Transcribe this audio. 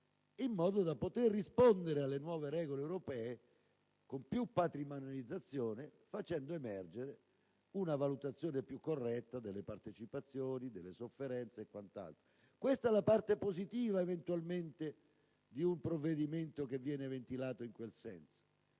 in modo da poter rispondere alle nuove regole europee con più patrimonializzazione, facendo emergere una valutazione più corretta delle partecipazioni, delle sofferenze e quant'altro. Questa, eventualmente, è la parte positiva di un provvedimento ventilato in quel senso.